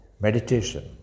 Meditation